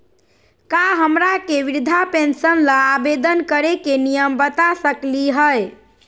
का हमरा के वृद्धा पेंसन ल आवेदन करे के नियम बता सकली हई?